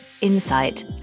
insight